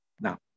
now